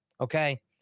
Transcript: Okay